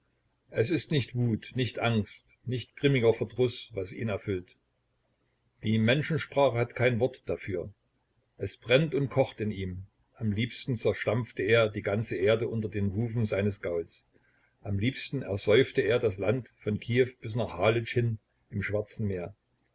es ist nicht wut nicht angst nicht grimmiger verdruß was ihn erfüllt die menschensprache hat kein wort dafür es brennt und kocht in ihm am liebsten zerstampfte er die ganze erde unter den hufen seines gauls am liebsten ersäufte er das land von kiew bis nach halytsch hin im schwarzen meer